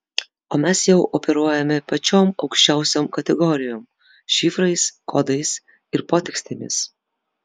o mes jau operuojame pačiom aukščiausiom kategorijom šifrais kodais ir potekstėmis